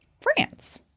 France